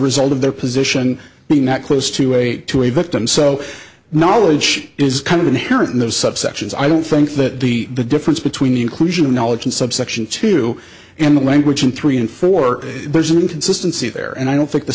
result of their position being that close to a to a victim so knowledge is kind of inherent in those subsections i don't think that the the difference between the inclusion of knowledge and subsection two and the language and three and four there's an inconsistency there and i don't think the